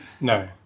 No